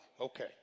okay